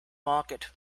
market